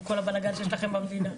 עם כל הבלגן שיש לכם במדינה.